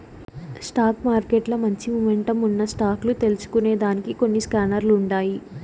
stock మార్కెట్ల మంచి momentum ఉన్న స్టాక్ లు తెల్సుకొనేదానికి కొన్ని స్కానర్లుండాయి